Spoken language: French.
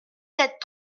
sept